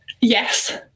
Yes